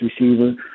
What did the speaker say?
receiver